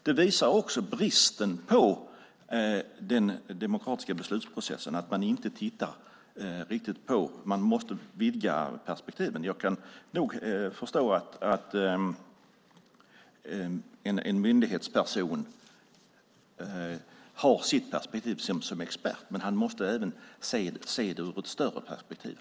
Det visar också på bristen i den demokratiska beslutsprocessen att man inte riktigt tittar på frågan, utan man måste vidga perspektiven. Jag kan nog förstå att en myndighetsperson har sitt perspektiv som expert. Men han måste även se det ur ett större perspektiv.